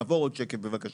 שקף הבא,